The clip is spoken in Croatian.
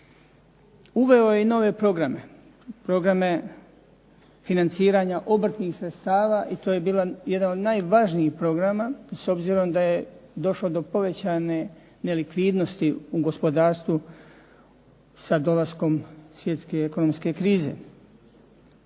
Uveo je i nove programe, programe financiranja obrtnih sredstava i to je bio jedan od najvažnijih programa s obzirom da je došlo do povećane nelikvidnosti u gospodarstvu sa dolaskom svjetske ekonomske krize.